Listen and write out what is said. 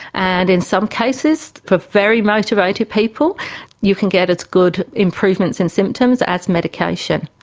and in some cases, for very motivated people you can get as good improvements in symptoms as medication.